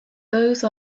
those